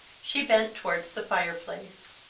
she bent towards the fireplace.